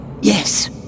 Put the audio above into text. Yes